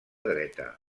dreta